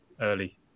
early